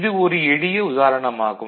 இது ஒரு எளிய உதாரணம் ஆகும்